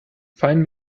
find